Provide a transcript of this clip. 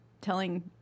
telling